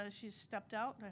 ah she stepped out,